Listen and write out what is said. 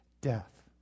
death